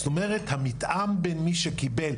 זאת אומרת המתאם בין מי שקיבל,